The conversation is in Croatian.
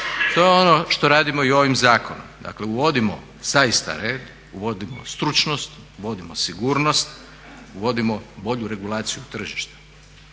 to je ono što radimo i ovim zakonom, dakle uvodimo zaista red, uvodimo stručnost, uvodimo sigurnost, uvodimo bolju regulaciju tržišta.